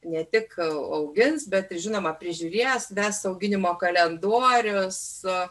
ne tik augins bet ir žinoma prižiūrėjęs ves auginimo kalendorius